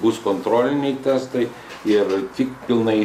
bus kontroliniai testai ir tik pilnai